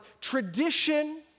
tradition